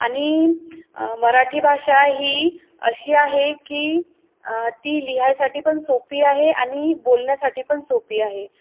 आणि मराठी भाषा ही अशी आहे की ती लिहायसाठी पण सोपी आहे आणि बोलण्यासाठी पण सोपी आहे